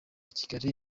kigali